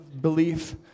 belief